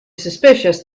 suspicious